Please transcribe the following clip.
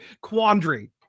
quandary